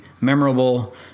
memorable